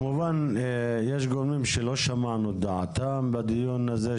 יש גורמים שלא שמענו את דעתם בדיון היום